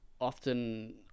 often